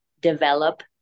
develop